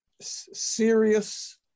serious